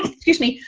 excuse me,